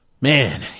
Man